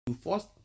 first